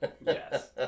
Yes